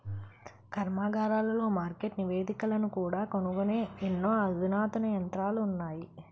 కర్మాగారాలలో మార్కెట్ నివేదికలను కూడా కనుగొనే ఎన్నో అధునాతన యంత్రాలు ఉన్నాయి